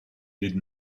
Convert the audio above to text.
did